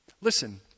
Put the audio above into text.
Listen